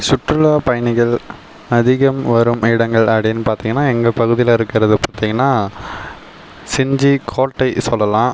சுற்றுலா பயணிகள் அதிகம் வரும் இடங்கள் அப்படின்னு பார்த்தீங்கன்னா எங்க பகுதியில் இருக்கிறது பார்த்தீங்கன்னா செஞ்சுக்கோட்டை சொல்லலாம்